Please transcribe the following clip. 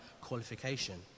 qualification